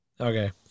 Okay